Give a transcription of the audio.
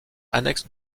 annexe